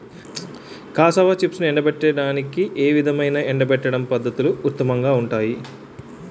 Cassava చిప్స్ను ఎండబెట్టడానికి ఏ విధమైన ఎండబెట్టడం పద్ధతులు ఉత్తమంగా ఉంటాయి?